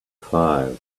five